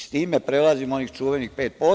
Sa tim prelazimo onih čuvenih 5%